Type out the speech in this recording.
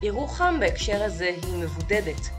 ירוחם בהקשר הזה היא מבודדת